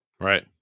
Right